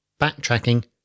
backtracking